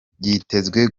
byitezwe